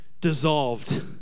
dissolved